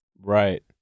Right